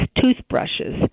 toothbrushes